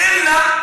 אלא,